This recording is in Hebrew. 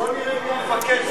בוא נראה מי המפקד,